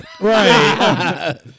Right